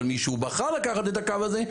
אבל משהוא בחר לקחת את הקו הזה,